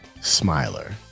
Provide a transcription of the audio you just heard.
smiler